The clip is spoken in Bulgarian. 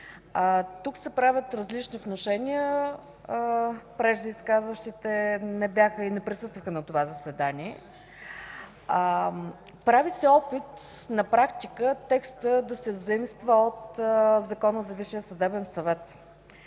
Тук се правят различни внушения. Преждеизказващи се не бяха и не присъстваха на това заседание. Прави се опит на практика текстът да се заимства от Закона за Висшия съдебен съвет,